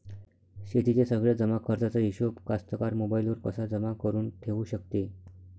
शेतीच्या सगळ्या जमाखर्चाचा हिशोब कास्तकार मोबाईलवर कसा जमा करुन ठेऊ शकते?